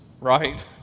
right